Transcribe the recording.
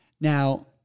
Now